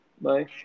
Bye